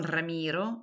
Ramiro